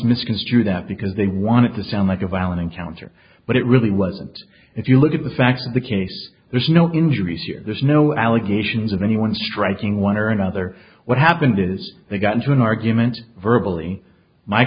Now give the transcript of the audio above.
misconstrue that because they want it to sound like a violent encounter but it really wasn't if you look at the facts of the case there's no injuries there's no allegations of anyone striking one or another what happened is they got into an argument verbal e my